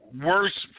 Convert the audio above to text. worse